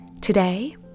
Today